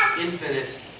infinite